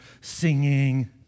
singing